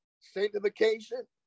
sanctification